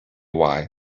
why